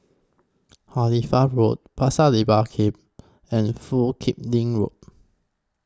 Halifax Road Pasir Laba Camp and Foo Kim Lin Road